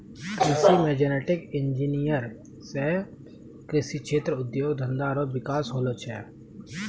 कृषि मे genetic engineer से कृषि क्षेत्र उद्योग धंधा रो विकास होलो छै